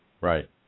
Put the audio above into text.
Right